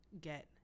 get